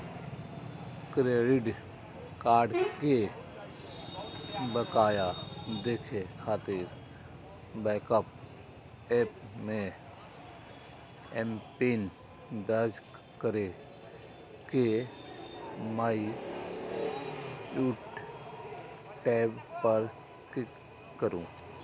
credit card के बकाया देखै खातिर बैंकक एप मे एमपिन दर्ज कैर के माइ ड्यू टैब पर क्लिक करू